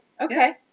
Okay